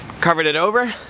covered it over,